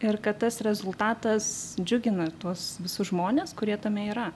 ir kad tas rezultatas džiugina tuos visus žmones kurie tame yra